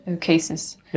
cases